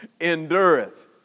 endureth